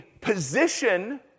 position